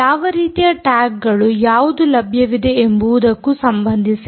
ಯಾವ ರೀತಿಯ ಟ್ಯಾಗ್ಗಳು ಯಾವುದು ಲಭ್ಯವಿದೆ ಎಂಬುದಕ್ಕೂ ಸಂಬಂಧಿಸಿದೆ